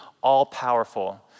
all-powerful